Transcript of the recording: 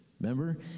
Remember